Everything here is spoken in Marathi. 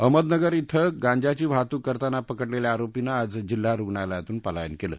अहमदनगर इथं गांजाची वाहतूक करताना पकडलेल्या आरोपीनं आज जिल्हा रुग्णालयातून पलायन केलं